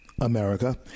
America